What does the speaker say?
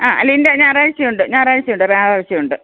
ആ ലിന്ഡ ഞായറാഴ്ച ഉണ്ട് ഞായറാഴ്ച ഉണ്ട് ഞായറാഴ്ച ഉണ്ട്